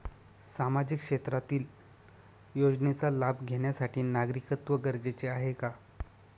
सामाजिक क्षेत्रातील योजनेचा लाभ घेण्यासाठी नागरिकत्व गरजेचे आहे का?